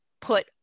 put